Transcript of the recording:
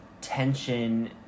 tension